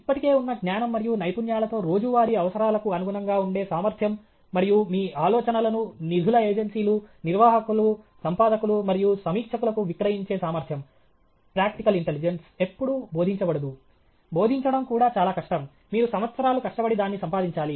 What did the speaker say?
ఇప్పటికే ఉన్న జ్ఞానం మరియు నైపుణ్యాలతో రోజువారీ అవసరాలకు అనుగుణంగా ఉండే సామర్థ్యం మరియు మీ ఆలోచనలను నిధుల ఏజెన్సీలు నిర్వాహకులు సంపాదకులు మరియు సమీక్షకులకు విక్రయించే సామర్థ్యం ప్రాక్టికల్ ఇంటెలిజెన్స్ ఎప్పుడూ బోధించబడదు బోధించడం కూడా చాలా కష్టం మీరు సంవత్సరాలు కష్టపడి దాన్ని సంపాదించాలి